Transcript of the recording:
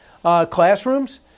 classrooms